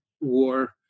War